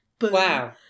Wow